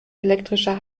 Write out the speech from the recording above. elektrischer